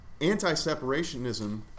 anti-separationism